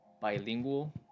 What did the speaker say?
bilingual